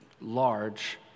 large